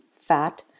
fat